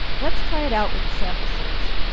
let's try it out with a sample search.